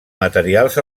materials